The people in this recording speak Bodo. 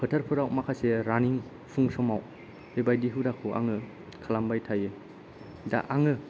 फोथारफोराव माखासे रानिं फुं समाव बेबायदि हुदाखौ आङो खालामबाय थायो दा आङो